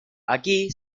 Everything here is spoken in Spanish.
aquí